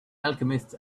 alchemist